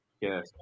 yes